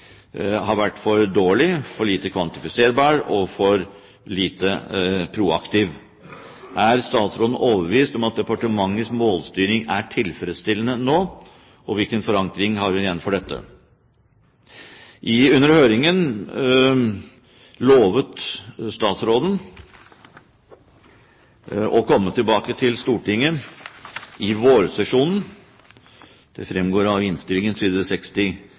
har vært for dårlig, for lite kvantifiserbar og for lite proaktiv. Er statsråden overbevist om at departementets målstyring er tilfredsstillende nå, og igjen: Hvilken forankring har hun for dette? Under høringen lovet statsråden å komme tilbake til Stortinget i vårsesjonen – det fremgår av innstillingen